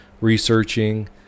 researching